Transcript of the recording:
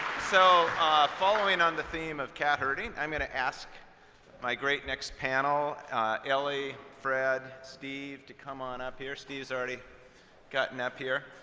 so following on the theme of cat herding, i'm going to ask my great next panel ellie, fred, steve to come on up here. steve's already gotten up here.